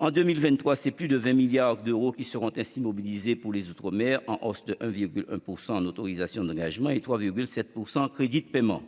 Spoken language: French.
En 2023, plus de 20 milliards d'euros seront ainsi mobilisés pour les outre-mer, en hausse de 1,1 % en autorisations d'engagement et de 3,7 % en crédits de paiement.